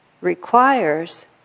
requires